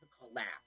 collapse